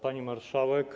Pani Marszałek!